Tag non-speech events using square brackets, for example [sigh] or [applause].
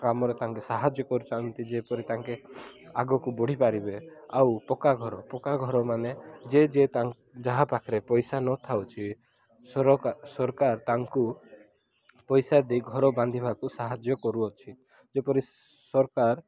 କାମରେ ତାଙ୍କେ ସାହାଯ୍ୟ କରିଛନ୍ତି ଯେପରି ତାଙ୍କେ ଆଗକୁ ବଢ଼ିପାରିବେ ଆଉ ପକ୍କା ଘର ପକ୍କା ଘର ମାନ ଯିଏ ଯିଏ [unintelligible] ଯାହା ପାଖରେ ପଇସା ନଥାଉଛି ସରକାର ତାଙ୍କୁ ପଇସା ଦେଇ ଘର ବାନ୍ଧିବାକୁ ସାହାଯ୍ୟ କରୁଅଛି ଯେପରି ସରକାର